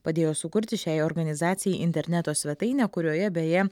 padėjo sukurti šiai organizacijai interneto svetainę kurioje beje